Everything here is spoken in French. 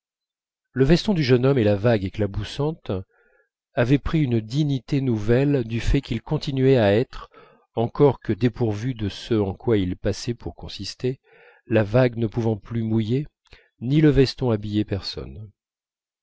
le veston du jeune homme et la vague éclaboussante avaient pris une dignité nouvelle du fait qu'ils continuaient à être encore que dépourvus de ce en quoi ils passaient pour consister la vague ne pouvant plus mouiller ni le veston habiller personne